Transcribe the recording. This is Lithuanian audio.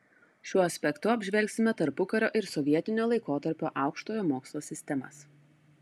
šiuo aspektu apžvelgsime tarpukario ir sovietinio laikotarpio aukštojo mokslo sistemas